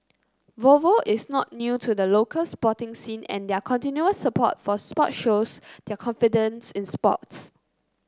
Volvo is not new to the local sporting scene and their continuous support for sports shows their confidence in sports